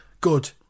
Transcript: good